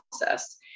process